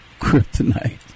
Kryptonite